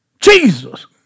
Jesus